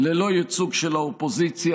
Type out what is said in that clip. ללא ייצוג של האופוזיציה,